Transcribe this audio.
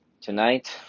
Tonight